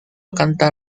cantar